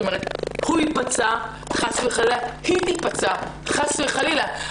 כלומר כפי שהוא ייפצע חס וחלילה היא תיפצע חס וחלילה.